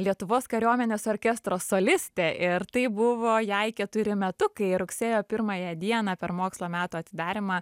lietuvos kariuomenės orkestro solistė ir tai buvo jai keturi metukai rugsėjo pirmąją dieną per mokslo metų atidarymą